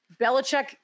Belichick